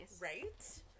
Right